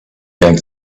going